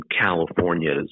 California's